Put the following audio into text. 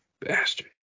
Bastard